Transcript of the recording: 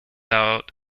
out